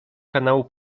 kanału